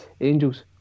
angels